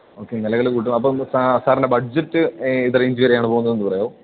okay നിലകൾ കൂട്ടും അപ്പോള് സാറിൻ്റെ ബഡ്ജറ്റ് ഏത് റേഞ്ച് വരെയാണു പോകുന്നതെന്നു പറയാമോ